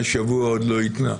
השבוע עוד לא התניע.